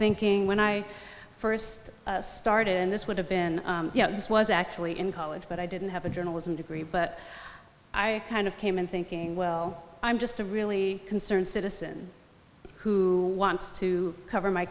thinking when i first started in this would have been you know this was actually in college but i didn't have a journalism degree but i kind of came in thinking well i'm just a really concerned citizen who wants to cover my